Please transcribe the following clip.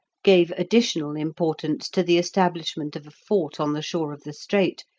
gave additional importance to the establishment of a fort on the shore of the strait,